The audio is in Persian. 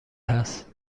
هست